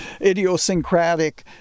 idiosyncratic